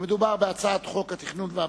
לוועדת החינוך.